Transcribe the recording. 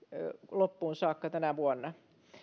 loppuun saakka tänä vuonna